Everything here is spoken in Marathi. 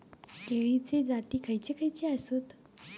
केळीचे जाती खयचे खयचे आसत?